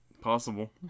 Possible